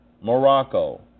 Morocco